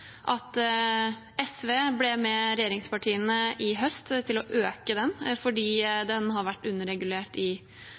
at SV i høst ble med regjeringspartiene på å øke den,